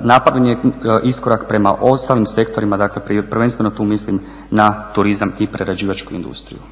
napravljen je iskorak prema ostalim sektorima dakle prvenstveno tu mislim na turizam i prerađivačku industriju.